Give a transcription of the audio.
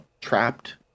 Trapped